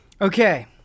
Okay